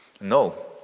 No